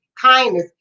kindness